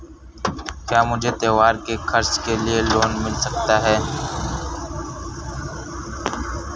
क्या मुझे त्योहार के खर्च के लिए लोन मिल सकता है?